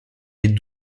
les